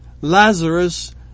Lazarus